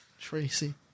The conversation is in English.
Tracy